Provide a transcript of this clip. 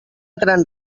gran